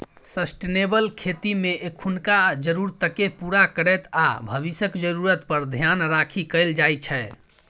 sustainable खेतीमे एखनुक जरुरतकेँ पुरा करैत आ भबिसक जरुरत पर धेआन राखि कएल जाइ छै